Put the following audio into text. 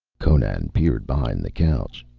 conan peered behind the couch.